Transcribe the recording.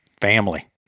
family